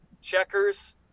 Checkers